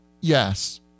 Yes